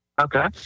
okay